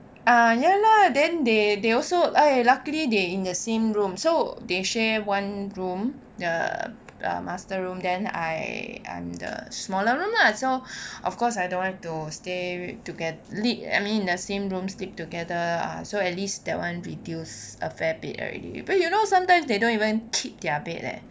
ah ya lah then they they also !aiya! luckily they in the same room so they share one room the master room then I I'm the smaller room lah so of course I don't want to stay together lead I mean the same room sleep together ah so at least that one reduce a fair bit already but you know sometimes they don't even keep their bed leh